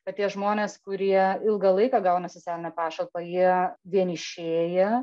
kad tie žmonės kurie ilgą laiką gauna socialinę pašalpą jie vienišėja